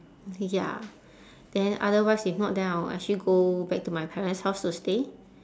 ya then otherwise if not then I will actually go back to my parents' house to stay